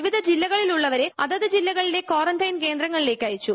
വിവിധ ജില്ലകളിലുള്ളവരെ അതത് ജില്ലകളിലെ ക്വാറന്റൈൻ കേന്ദ്രങ്ങളിലേക്ക് അയച്ചു